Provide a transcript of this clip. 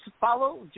follow